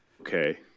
Okay